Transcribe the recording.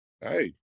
Hey